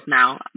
now